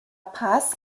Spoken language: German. paz